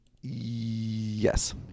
Yes